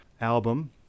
album